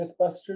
Mythbusters